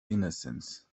innocence